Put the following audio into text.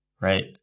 Right